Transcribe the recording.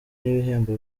n’ibihembo